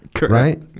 Right